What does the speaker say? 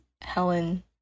Helen